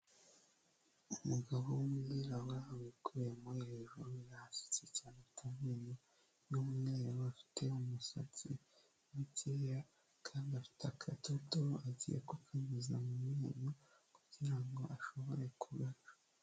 Umugabo w'umwirabura wikuyemo hejuru yasetse cyane, afite amenyo y'umweru, afite umusatsi mukeya kandi afite akadodo agiye kukanyuza mu menyo kugira ngo ashobore kugaca.